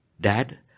Dad